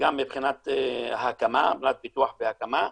גם מבחינת פיתוח והקמה.